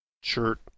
shirt